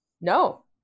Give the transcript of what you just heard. No